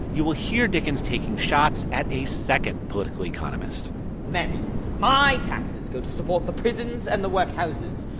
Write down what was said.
you will hear dickens taking shots at a second political economist may my taxes go to to both the prisons and the workhouses.